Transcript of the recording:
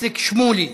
איציק שמולי,